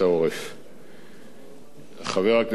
חבר הכנסת לשעבר דיכטר